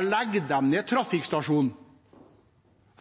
legger man ned trafikkstasjonen